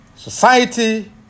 Society